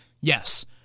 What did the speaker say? Yes